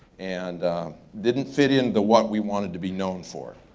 and didn't fit into what we wanted to be known for.